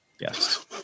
Yes